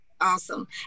Awesome